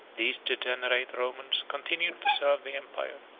these degenerate romans continued to serve the empire,